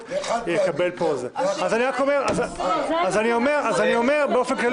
יקבל פה --- אני אומר באופן כללי,